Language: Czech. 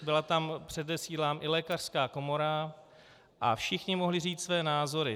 Byla tam, předesílám, i lékařská komora a všichni mohli říct své názory.